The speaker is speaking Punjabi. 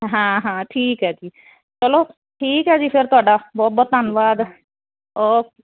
ਹਾਂ ਹਾਂ ਠੀਕ ਹੈ ਜੀ ਚਲੋ ਠੀਕ ਹੈ ਜੀ ਫਿਰ ਤੁਹਾਡਾ ਬਹੁਤ ਬਹੁਤ ਧੰਨਵਾਦ ਓਕੇ